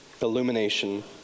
illumination